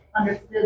understood